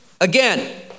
Again